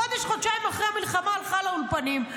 חודש-חודשיים אחרי המלחמה היא הלכה לאולפנים,